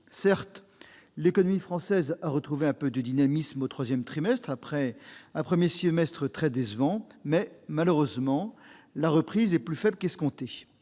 Certes, l'économie française a retrouvé un peu de dynamisme au troisième trimestre, après un premier semestre très décevant, mais, malheureusement, la reprise est plus faible que nous